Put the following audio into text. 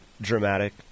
dramatic